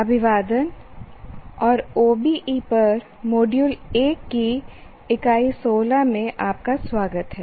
अभिवादन और OBE पर मॉड्यूल 1 की इकाई 16 में आपका स्वागत है